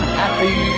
happy